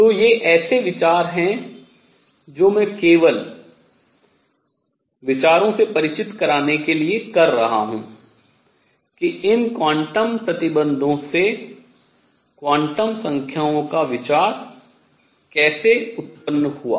तो ये ऐसे विचार हैं जो मैं केवल विचारों से परिचित कराने के लिए कर रहा हूँ कि इन क्वांटम प्रतिबंधों से क्वांटम संख्याओं का विचार कैसे उत्पन्न हुआ